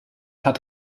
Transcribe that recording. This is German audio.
hat